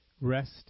rest